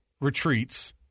retreats